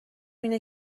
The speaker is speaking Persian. اینه